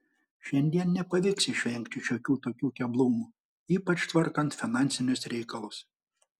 šiandien nepavyks išvengti šiokių tokių keblumų ypač tvarkant finansinius reikalus